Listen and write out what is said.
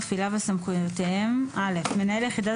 מפעילה וסמכויותיהם 3ד. (א) מנהל יחידת